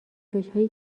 روشهایی